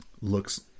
Looks